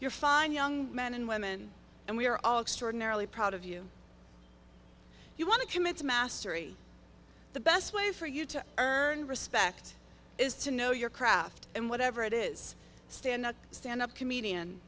you're fine young men and women and we are all extraordinarily proud of you you want to commit to mastery the best way for you to earn respect is to know your craft and whatever it is stand up stand up comedian